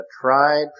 tried